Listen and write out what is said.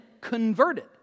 converted